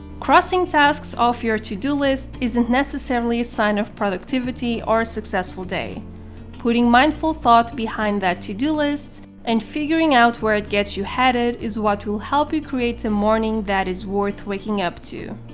crossing tasks off your to-do list isn't necessarily a sign of productivity or a successful day putting mindful thought behind that to-do list and figuring out where it gets you headed is what will help you create a morning that ir worth waking up to.